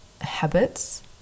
habits